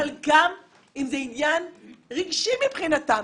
גם אם זה עניין רגשי מבחינתם.